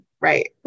right